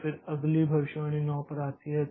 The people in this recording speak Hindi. और फिर अगली भविष्यवाणी 9 आती है